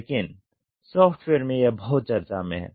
लेकिन सॉफ्टवेयर में यह बहुत चर्चा में है